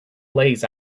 lays